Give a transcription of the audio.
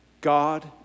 God